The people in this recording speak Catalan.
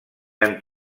han